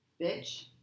bitch